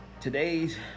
Today's